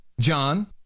John